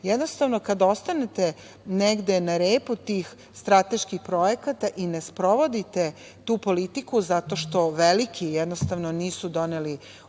uniju. Jednostavno kada ostanete negde na repu tih strateških projekata i ne sprovodite tu politiku zato što veliki, jednostavno nisu doneli